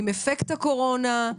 עם אפקט הקורונה,